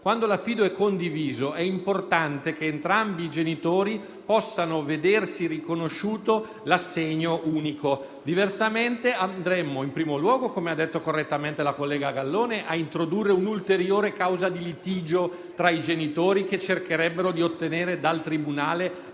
Quando l'affido è condiviso è importante che entrambi i genitori possano vedersi riconosciuto l'assegno unico. Diversamente, come ha detto correttamente la collega Garrone, andremmo in primo luogo a introdurre un'ulteriore causa di litigio tra i genitori, che cercherebbero di ottenere dal tribunale